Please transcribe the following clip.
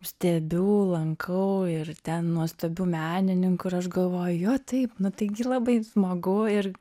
stebiu lankau ir ten nuostabių menininkų ir aš galvoju jo taip nu taigi labai smagu ir